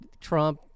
Trump